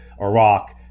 Iraq